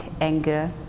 anger